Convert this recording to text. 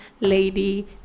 lady